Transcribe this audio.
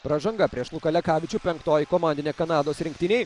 pražanga prieš luką lekavičių penktoji komandinė kanados rinktinei